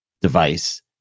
device